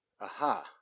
Aha